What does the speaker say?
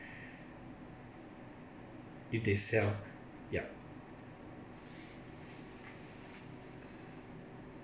if they sell yup